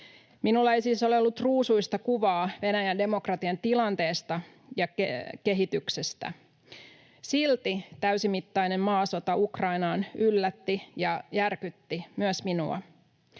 Minulla ei siis ole ollut ruusuista kuvaa Venäjän demokratian tilanteesta ja kehityksestä. Silti täysimittainen maasota Ukrainaan yllätti ja järkytti myös minua.